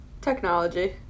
technology